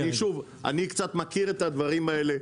שוב, אני קצת מכיר את הדברים האלה.